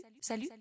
salut